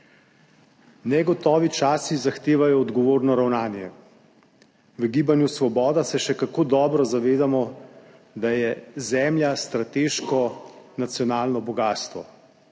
Negotovi časi zahtevajo odgovorno ravnanje. V gibanju Svoboda se še kako dobro zavedamo, da je zemlja strateško nacionalno bogastvo